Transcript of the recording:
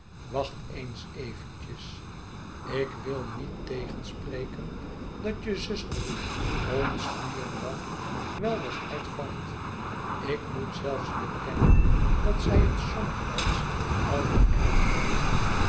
wacht eens eventjes ik wil niet tegenspreken dat je zuster ons nu en dan wel wat hard valt ik moet zelfs bekennen dat zij het somtijds al te erg maakt